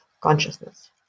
consciousness